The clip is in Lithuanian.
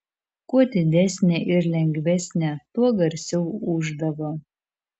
kuo didesnė ir lengvesnė tuo garsiau ūždavo